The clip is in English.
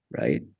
right